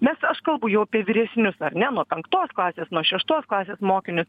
nes aš kalbu jau apie vyresnius ar ne nuo penktos klasės nuo šeštos klasės mokinius